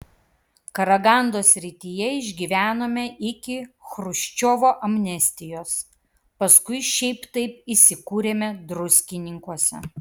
karagandos srityje išgyvenome iki chruščiovo amnestijos paskui šiaip taip įsikūrėme druskininkuose